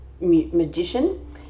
magician